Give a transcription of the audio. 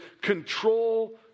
control